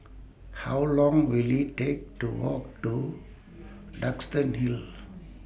How Long Will IT Take to Walk to Duxton Hill